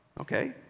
Okay